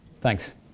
Thanks